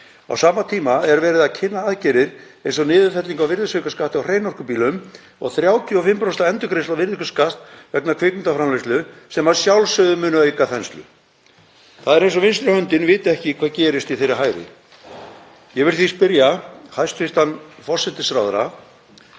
Á sama tíma er verið að kynna aðgerðir eins og niðurfellingu á virðisaukaskatti á hreinorkubílum og 35% endurgreiðslu virðisaukaskatts vegna kvikmyndaframleiðslu sem að sjálfsögðu munu auka þenslu. Það er eins og vinstri höndin viti ekki hvað gerist hjá þeirri hægri. Ég vil því spyrja hæstv. forsætisráðherra